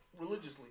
religiously